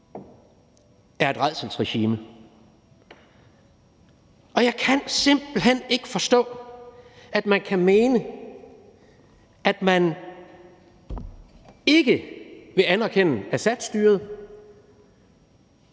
er et rædselsregime. Og jeg kan simpelt hen ikke forstå, at man kan mene, at man ikke vil anerkende Assadstyret